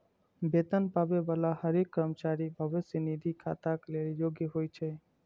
वेतन पाबै बला हरेक कर्मचारी भविष्य निधि खाताक लेल योग्य होइ छै